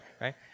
Right